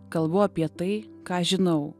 kalbu apie tai ką žinau